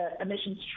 emissions